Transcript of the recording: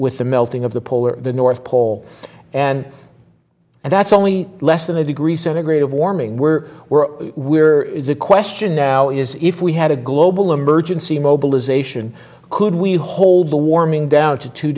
with the melting of the polar the north pole and and that's only less than a degree centigrade of warming we're we're we're the question now is if we had a global emergency mobilization could we hold the warming down to two